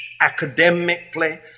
academically